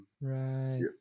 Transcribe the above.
Right